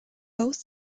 both